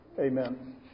Amen